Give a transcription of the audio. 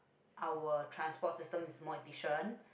our transport system is more efficient